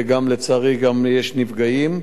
ולצערי גם יש נפגעים.